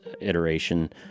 iteration